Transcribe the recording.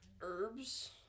herbs